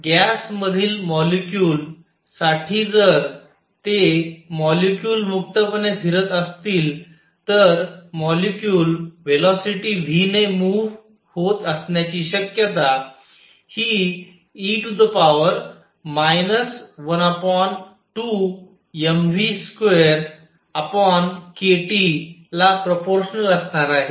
तर गॅस मधील मॉलेक्युल साठी जर ते मॉलेक्युल मुक्तपणे फिरत असतील तर मॉलेक्युल व्हेलॉसिटी v ने मूव्ह होत असण्याची शक्यता हि e 12mv2kTला प्रपोर्शनल असणार आहे